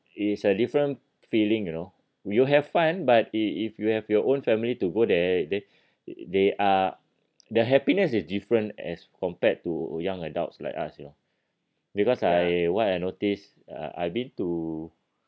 it's a different feeling you know you have fun but if if you have your own family to go there they they are the happiness is different as compared to young adults like us you know because I what I notice uh I've been to